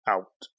Out